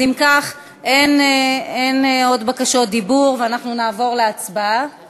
אם כך, אין עוד בקשות דיבור, ואנחנו נעבור להצבעה